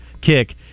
kick